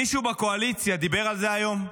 מישהו בקואליציה דיבר על זה היום?